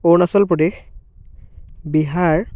Arunachal Pradesh Bihar